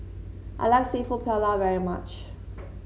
I like seafood Paella very much